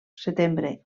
setembre